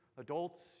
adults